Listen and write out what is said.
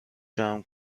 جمع